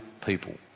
people